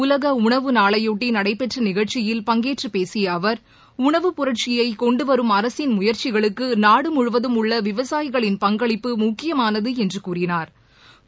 உலகஉணவு நாளைபொட்டிநடைபெற்றநிகழ்ச்சியில் பங்கேற்றபேசியஅவர் உணவுப் புரட்சியைகொண்டுவரும் அரசின் முயற்சிகளுக்குநாடுமுழுவதும் உள்ளவிவசாயிகளின் பங்களிப்பு முக்கியமானதுஎன்றுகூறினாா்